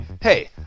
Hey